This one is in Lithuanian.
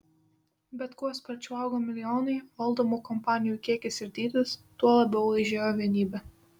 bet kuo sparčiau augo milijonai valdomų kompanijų kiekis ir dydis tuo labiau aižėjo vienybė